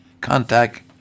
Contact